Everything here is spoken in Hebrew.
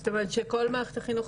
זאת אומרת שכל מערכת החינוך,